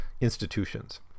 institutions